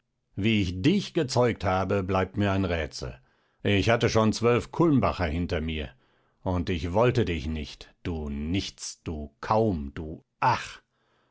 wie ich dich gezeugt habe bleibt mir ein rätsel ich hatte schon zwölf kulmbacher hinter mir und ich wollte dich nicht du nichts du kaum du ach